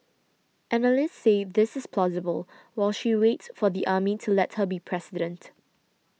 analysts say this is plausible while she waits for the army to let her be president